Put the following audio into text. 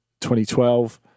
2012